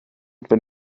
wenn